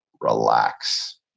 relax